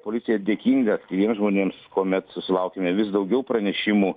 policija dėkinga keliems žmonėms kuomet susilaukiame vis daugiau pranešimų